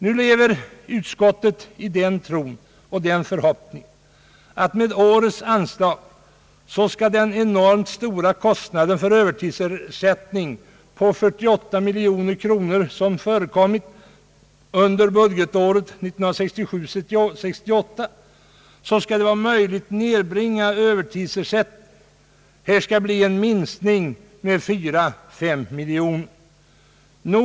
Nu lever utskottet i den tron och förhoppningen att med årets anslag skall den enormt stora kostnaden för övertidsersättning — 48 miljoner kronor under budgetåret 1967/68 — kunna nedbringas. Det sägs bli en minskning med 4—5 miljoner kronor.